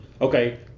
okay